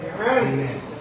Amen